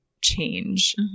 change